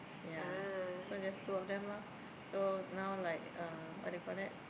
ya so just two of them lah so now like uh what do you call that